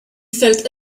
felt